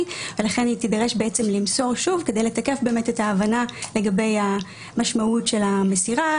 ולכן היא תידרש למסור שוב כדי לתקף את ההבנה לגבי המשמעות של המסירה,